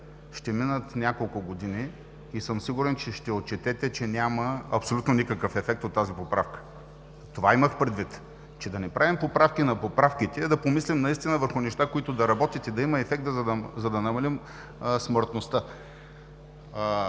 ще минат няколко години и съм сигурен, че ще отчетете, че няма абсолютно никакъв ефект от тази поправка. Това имах предвид: да не правим поправки на поправките, а да помислим наистина върху неща, които да работят и да има ефект, за да намалим смъртността.